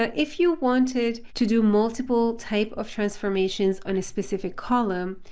ah if you wanted to do multiple type of transformations on a specific column,